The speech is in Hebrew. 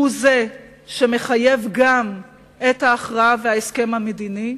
הוא זה שמחייב גם את ההכרעה וההסכם המדיני,